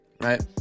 right